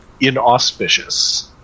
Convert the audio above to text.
inauspicious